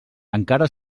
encara